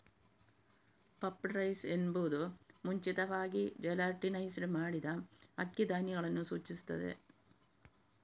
puffed rice ಎಂಬುದು ಮುಂಚಿತವಾಗಿ gelatinised ಮಾಡಿದ ಅಕ್ಕಿ ಧಾನ್ಯಗಳನ್ನು ಸೂಚಿಸುತ್ತದೆ